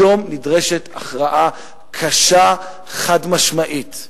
היום נדרשת הכרעה קשה, חד-משמעית,